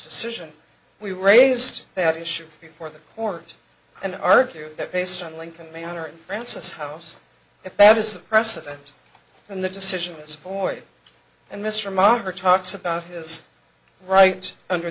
decision we raised that issue before the court and argue that based on lincoln manner and francis house if that is the president and the decision is for you and mr marker talks about his right under